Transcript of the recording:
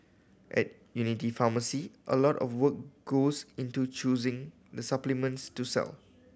at Unity Pharmacy a lot of work goes into choosing the supplements to sell